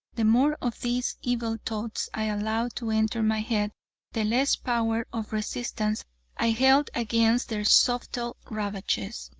the more of these evil thoughts i allowed to enter my head the less power of resistance i held against their subtle ravages.